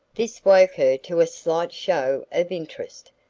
this woke her to a slight show of interest.